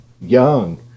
young